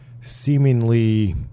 seemingly